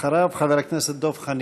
אחריו, חבר הכנסת דב חנין.